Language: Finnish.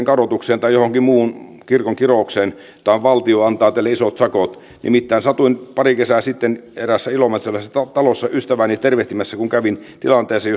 kadotukseen tai johonkin muuhun kirkonkiroukseen tai valtio antaa teille isot sakot nimittäin satuin pari kesää sitten eräässä ilomantsilaisessa talossa ystävääni tervehtimässä kun kävin tilanteeseen